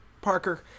Parker